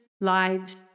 lives